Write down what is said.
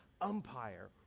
umpire